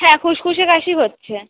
হ্যাঁ খুসখুসে কাশি হচ্ছে